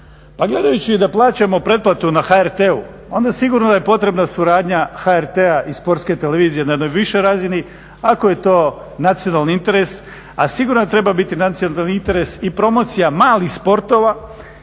Pa gledajući da plaćamo pretplatu na HRT-u onda sigurno da je potrebna suradnja HRT-a i sportske televizije na jednoj višoj razini ako je to nacionalni interes a sigurno treba biti nacionalni interes i promocija malih sportova